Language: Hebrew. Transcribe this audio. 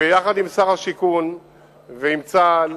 ביחד עם שר השיכון ועם צה"ל